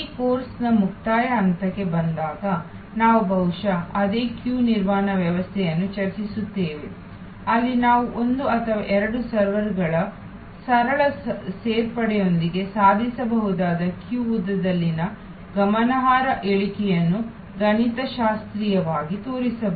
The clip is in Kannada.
ಈ ಕೋರ್ಸ್ನ ಮುಕ್ತಾಯ ಹಂತಕ್ಕೆ ಬಂದಾಗ ನಾವು ಬಹುಶಃ ಅದೇಸರದಿನಿರ್ವಹಣಾ ವ್ಯವಸ್ಥೆಯನ್ನು ಚರ್ಚಿಸುತ್ತೇವೆ ಅಲ್ಲಿ ನಾವು ಒಂದು ಅಥವಾ ಎರಡು ಸರ್ವರ್ಗಳ ಸರಳ ಸೇರ್ಪಡೆಯೊಂದಿಗೆ ಸಾಧಿಸಬಹುದಾದ ಸರದಿ ಉದ್ದದಲ್ಲಿನ ಗಮನಾರ್ಹ ಇಳಿಕೆಯನ್ನು ಗಣಿತಶಾಸ್ತ್ರೀಯವಾಗಿ ತೋರಿಸಬಹುದು